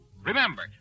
Remember